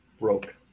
broke